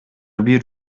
бир